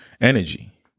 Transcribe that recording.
Energy